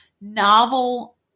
novel